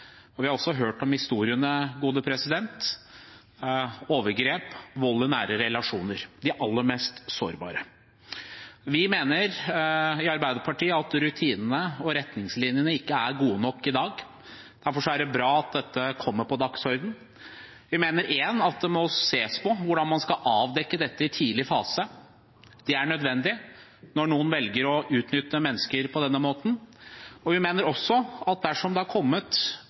Vi har også hørt historiene om overgrep, om vold i nære relasjoner – om de aller mest sårbare. Vi i Arbeiderpartiet mener at rutinene og retningslinjene i dag ikke er gode nok. Derfor er det bra at dette kommer på dagsordenen. Vi mener at det må ses på hvordan man skal avdekke dette i en tidlig fase. Det er nødvendig når noen velger å utnytte mennesker på denne måten. Vi mener også at dersom det har kommet